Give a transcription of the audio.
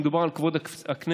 כשמדובר על כבוד הכנסת,